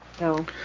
No